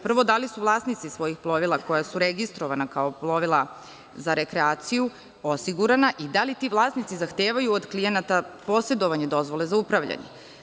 Prvo, da li su vlasnici svojih plovila koja su registrovana kao plovila za rekreaciju osigurana i da li ti vlasnici zahtevaju od klijenata posedovanja dozvole za upravljanje?